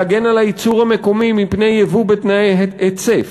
להגן על הייצור המקומי מפני יבוא בתנאי היצף.